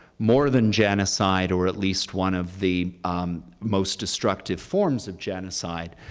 more than genocide, or at least one of the most destructive forms of genocide,